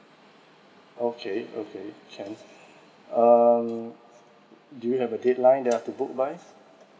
okay okay can um do you have a deadline that I have to book by